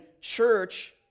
church